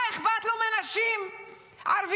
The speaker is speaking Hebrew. מה אכפת לו מנשים ערביות,